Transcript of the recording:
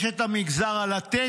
יש את מגזר ה'לתת'